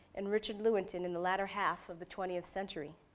and richard lewington in the later half of the twentieth century.